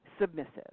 submissive